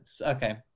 okay